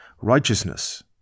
righteousness